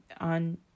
on